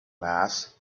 mass